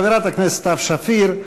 חברת הכנסת סתיו שפיר.